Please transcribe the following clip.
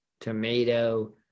tomato